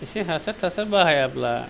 एसे हासार थासार बाहायाब्ला